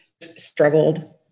struggled